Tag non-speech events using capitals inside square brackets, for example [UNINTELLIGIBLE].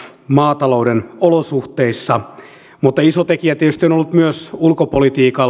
maatalouden olosuhteissa mutta iso tekijä tietysti on ollut myös ulkopolitiikka [UNINTELLIGIBLE]